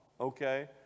okay